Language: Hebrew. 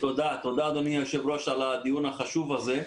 תודה אדוני יושב ראש הוועדה על הדיון החשוב הזה.